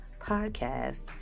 podcast